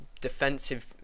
defensive